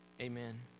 Amen